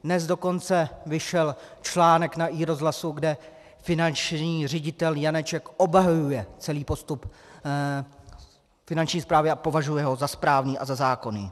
Dnes dokonce vyšel článek na iRozhlasu, kde finanční ředitel Janeček obhajuje celý postup Finanční správy a považuje ho za správný a zákonný.